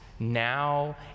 Now